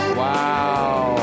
wow